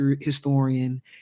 historian